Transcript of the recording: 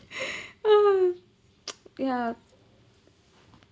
oh yeah